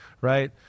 right